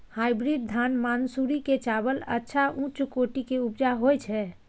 Hybrid धान मानसुरी के चावल अच्छा उच्च कोटि के उपजा होय छै?